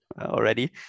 already